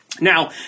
Now